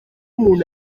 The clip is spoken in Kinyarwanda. umuntu